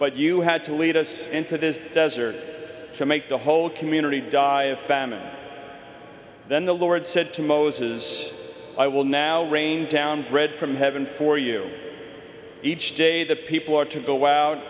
but you had to lead us into this desert to make the whole community die of famine then the lord said to moses i will now rain down bread from heaven for you each day the people are to go out